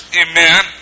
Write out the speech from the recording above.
amen